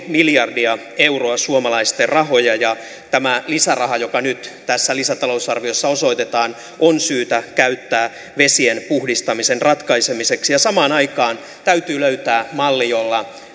miljardia euroa suomalaisten rahoja ja tämä lisäraha joka nyt tässä lisätalousarviossa osoitetaan on syytä käyttää vesien puhdistamisen ratkaisemiseksi samaan aikaan täytyy löytää malli jolla